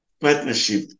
partnership